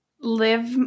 live